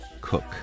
Cook